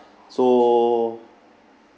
so